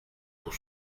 pour